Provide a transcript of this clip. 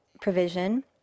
provision